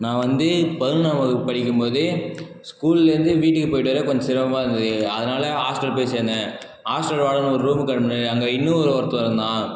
நான் வந்து பதினொன்னாம் வகுப்பு படிக்கும் போது ஸ்கூல்லேருந்து வீட்டுக்கு போயிட்டு வர கொஞ்சம் சிரமமாக இருந்தது அதனால் ஹாஸ்டல் போய் சேர்ந்தேன் ஹாஸ்டல் வார்டன் ஒரு ரூம் காட்டினாரு அங்கே இன்னொரு ஒருத்தவன் இருந்தான்